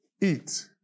Eat